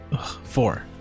Four